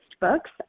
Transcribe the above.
Books